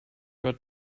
got